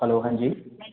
hello हाँ जी